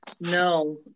No